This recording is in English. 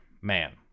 man